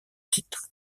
titre